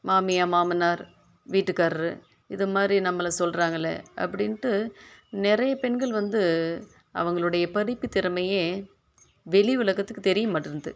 மாமியார் மாமனார் வீட்டுக்காரர் இதை மாதிரி நம்மளை சொல்லுறாங்களே அப்படின்ட்டு நிறைய பெண்கள் வந்து அவங்களுடையை படிப்பு திறமையை வெளியே உலகத்துக்கு தெரிய மாட்டேன்து